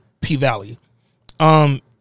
P-Valley